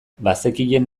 bazekien